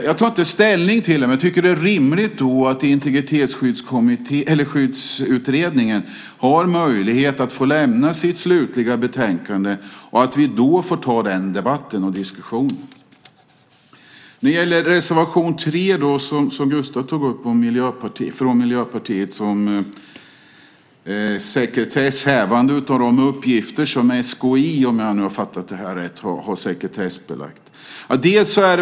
Jag tar inte ställning till det, men det är rimligt att Integritetsskyddskommittén först får möjlighet att lämna sitt slutliga betänkande och att vi därefter tar den diskussionen. Gustav tog också upp reservation 3 från Miljöpartiet. Den handlar om sekretess och hävande av de uppgifter som SKI, om jag fattat det rätt, har sekretessbelagt.